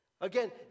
Again